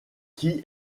qui